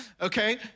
Okay